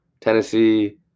Tennessee